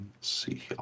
see